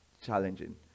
challenging